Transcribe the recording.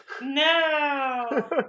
No